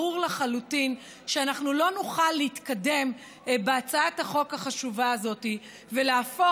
ברור לחלוטין שאנחנו לא נוכל להתקדם בהצעת החוק החשובה הזאת ולהפוך